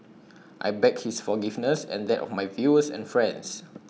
I beg his forgiveness and that of my viewers and friends